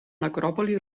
necròpoli